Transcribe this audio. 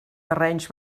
terrenys